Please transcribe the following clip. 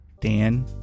dan